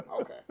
Okay